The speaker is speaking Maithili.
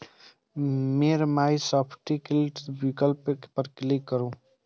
फेर माइ सर्टिफिकेट विकल्प पर क्लिक करू